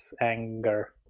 anger